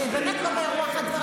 זה באמת לא ברוח הדברים האלה.